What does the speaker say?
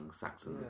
Saxon